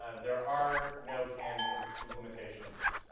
ah there are no canned and implementations.